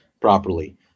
properly